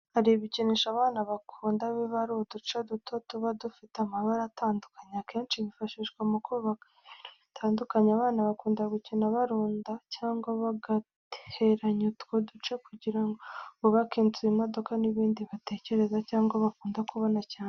Hari ibikinisho abana bakunda, biba ari uduce duto tuba dufite amabara atandukanye, akenshi bifashishwa mu kubaka ibintu bitandukanye. Abana bakunda gukina barunda cyangwa bagateranya utwo duce kugira ngo bubake inzu, imodoka, n'ibindi batekereza cyangwa bakunda kubona cyane.